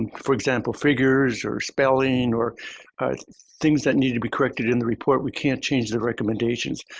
and for example, figures or spelling or things that need to be corrected in the report, we can't change the recommendations,